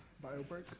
bio break?